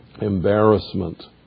embarrassment